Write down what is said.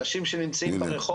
אנשים שנמצאים ברחוב,